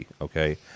okay